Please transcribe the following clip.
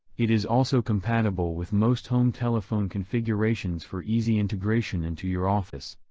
it is also compatible with most home telephone configurations for easy integration into your office.